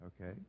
okay